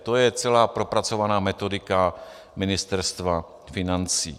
To je celá propracovaná metodika Ministerstva financí.